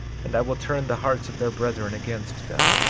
and i will turn the hearts of their brethren against them.